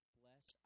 bless